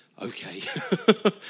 Okay